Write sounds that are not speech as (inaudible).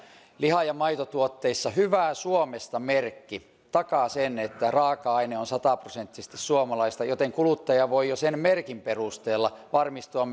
liha ja maitotuotteissa hyvää suomesta merkki takaa sen että raaka aine on sataprosenttisesti suomalaista joten kuluttaja voi jo sen merkin perusteella varmistua (unintelligible)